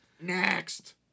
Next